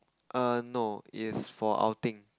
err no is for outing